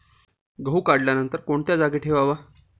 गहू काढल्यानंतर कोणत्या जागी ठेवावा?